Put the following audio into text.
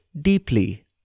deeply